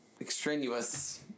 extraneous